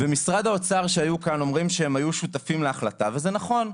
משרד האוצר שהיו כאן אומרים שהם היו שותפים להחלטה וזה נכון,